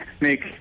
make